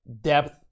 Depth